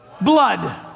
blood